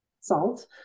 salt